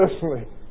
personally